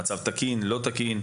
המצב תקין או לא תקין?